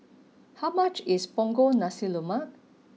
how much is Punggol Nasi Lemak